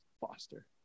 foster